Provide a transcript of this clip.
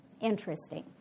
Interesting